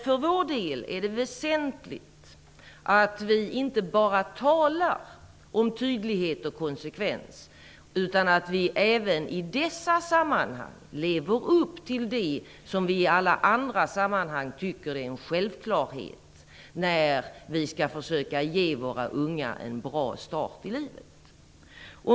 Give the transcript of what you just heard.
För vår del är det väsentligt att vi inte bara talar om tydlighet och konsekvens utan att vi även i dessa sammanhang lever upp till det som vi i alla andra sammanhang anser vara en självklarhet, när vi skall försöka att ge våra unga en bra start i livet.